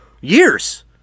years